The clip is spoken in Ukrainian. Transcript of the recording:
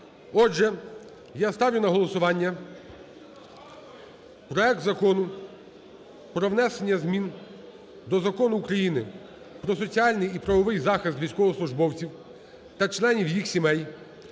Отже, я ставлю на голосування проект Закону про внесення змін до Закону України "Про соціальний і правовий захист військовослужбовців та членів їх сімей"